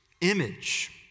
image